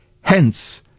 Hence